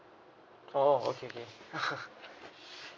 oh okay K